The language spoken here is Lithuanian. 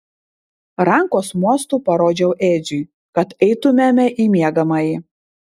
rankos mostu parodžiau edžiui kad eitumėme į miegamąjį